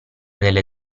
delle